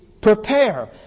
prepare